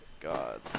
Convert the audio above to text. God